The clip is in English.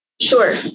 Sure